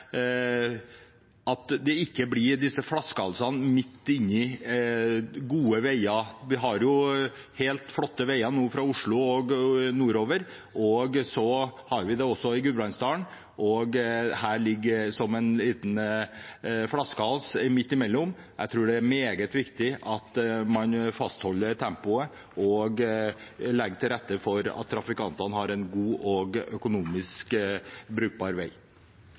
prosjekt for ikke å få flaskehalser midt inni gode veier. Vi har nå helt flotte veier fra Oslo og nordover. Det har vi også i Gudbrandsdalen, og dette ligger som en liten flaskehals midt imellom. Jeg tror det er meget viktig at man fastholder tempoet og legger til rette for at trafikantene har en god og økonomisk brukbar vei.